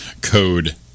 code